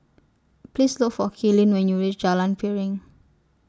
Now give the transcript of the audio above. Please Look For Kaylin when YOU REACH Jalan Piring